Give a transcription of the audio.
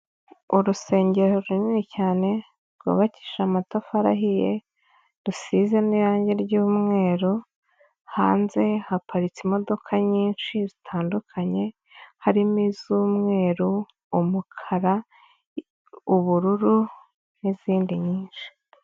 Urusengero runini cyane, rwubakije amatafari ahiye, rusize n'irangi ry'umweru, hanze haparitse imodoka nyinshi zitandukanye, harimo iz'umweru, umukara, ubururu n'izindi nyinshi.